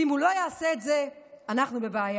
ואם הוא לא יעשה את זה אנחנו בבעיה.